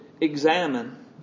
examine